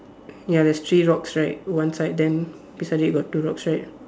ya there's three rocks right one side then beside it got two rocks right